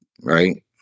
Right